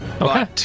Okay